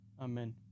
Amen